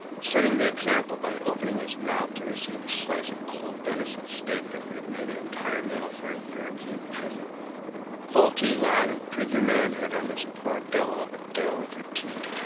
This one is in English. setting the example by opening his mouth to receive a slice of cold venison steak that would have made an entire meal for a european peasant fall to, lad, and prove your manhood on this poor devil of a doe with your teeth,